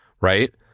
right